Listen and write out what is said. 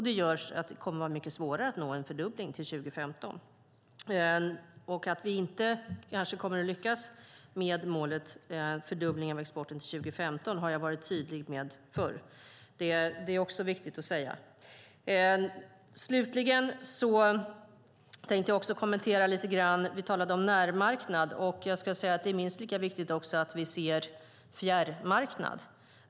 Det gör att det kommer att vara mycket svårare att nå en fördubbling till 2015, och att vi kanske inte kommer att lyckas med målet att fördubbla exporten till 2015 har jag varit tydlig med förr. Det är också viktigt att säga. Slutligen tänkte jag kommentera lite grann det som vi talade om, närmarknad. Det är minst lika viktigt att vi ser en fjärrmarknad.